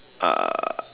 uh